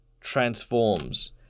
transforms